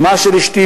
אמה של אשתי,